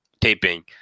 taping